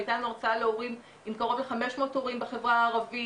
היתה לנו הרצאה להורים עם קרוב לחמש מאות הורים בחברה הערבית.